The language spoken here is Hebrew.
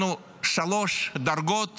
אנחנו שלוש דרגות